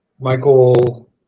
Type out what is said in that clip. Michael